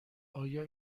آیا